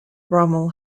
rommel